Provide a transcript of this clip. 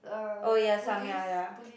oh ya some ya ya